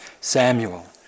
Samuel